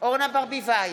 אורנה ברביבאי,